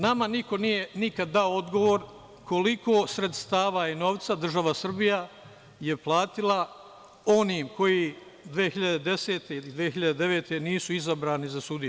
Nama niko nikada nije dao odgovor – koliko sredstava i novca država Srbije je platila onima koji 2010. ili 2009. godine nisu izabrani za sudije?